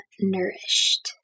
nourished